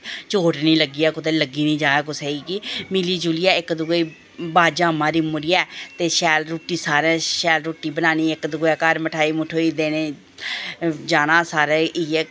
चोट नी लग्गी जा कुसेगी लग्गी नी जा मिली जुलियै इक दुए गी बाजां मारियै ते रुट्टी शैल रुट्टी बनानी शैल इक दुऐ दै घर मठैई देनी जाना सारैं इयै